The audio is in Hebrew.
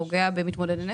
זה פוגע במתמודדי נפש,